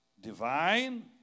divine